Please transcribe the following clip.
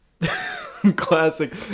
Classic